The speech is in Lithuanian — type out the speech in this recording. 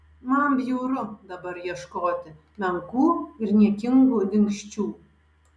man bjauru dabar ieškoti menkų ir niekingų dingsčių